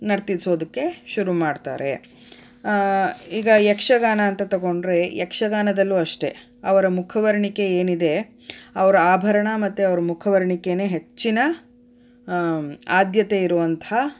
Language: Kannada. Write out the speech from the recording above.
ನರ್ತಿಸೋದಕ್ಕೆ ಶುರು ಮಾಡ್ತಾರೆ ಈಗ ಯಕ್ಷಗಾನ ಅಂತ ತಗೊಂಡ್ರೆ ಯಕ್ಷಗಾನದಲ್ಲೂ ಅಷ್ಟೇ ಅವರ ಮುಖವರ್ಣಿಕೆ ಏನಿದೆ ಅವರ ಆಭರಣ ಮತ್ತು ಅವ್ರ ಮುಖವರ್ಣಿಕೆನೇ ಹೆಚ್ಚಿನ ಆದ್ಯತೆ ಇರುವಂತಹ